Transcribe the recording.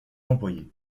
employés